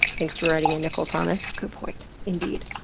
thanks for writing in, nicole thomas. good point, indeed.